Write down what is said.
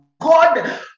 God